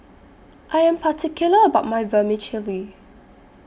I Am particular about My Vermicelli